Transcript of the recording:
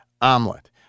omelet